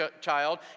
child